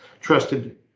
trusted